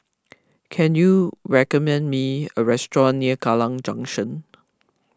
can you recommend me a restaurant near Kallang Junction